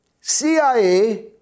CIA